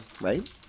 right